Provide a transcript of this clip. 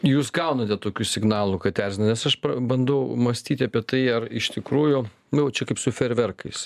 jūs gaunate tokių signalų kad erzina nes aš bandau mąstyti apie tai ar iš tikrųjų jaučiu kaip su fejerverkais